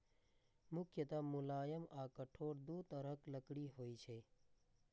मुख्यतः मुलायम आ कठोर दू तरहक लकड़ी होइ छै